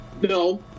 no